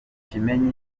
kimenyi